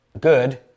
good